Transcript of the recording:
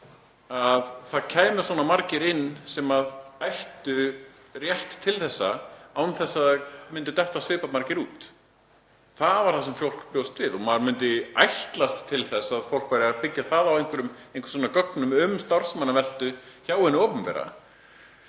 að það kæmu svona margir inn sem ættu rétt til þessa án þess að svipað margir dyttu út. Það var það sem fólk bjóst við og maður myndi ætlast til þess að fólk væri að byggja það á einhverjum gögnum um starfsmannaveltu hjá hinu opinbera.